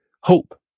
hope